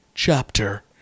Chapter